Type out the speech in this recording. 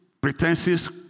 pretenses